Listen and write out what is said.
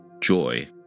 joy